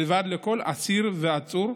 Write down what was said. לכל אסיר ועצור,